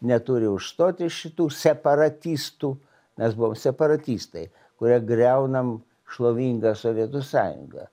neturi užstoti šitų separatistų mes buvom separatistai kurie griaunam šlovingą sovietų sąjungą